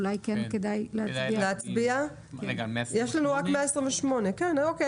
אולי כן כדאי להצביע על סעיף 128. בסדר.